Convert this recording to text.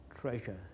treasure